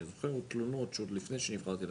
אני זוכר תלונות שעוד לפני שהגעתי לכנסת,